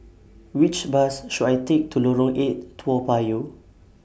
Which Bus should I Take to Lorong eight Toa Payoh